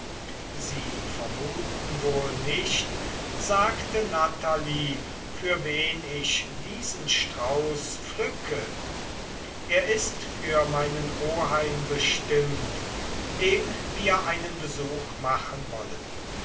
sie vermuten wohl nicht sagte natalie für wen ich diesen strauß pflücke er ist für meinen oheim bestimmt dem wir einen besuch machen wollen